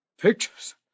Pictures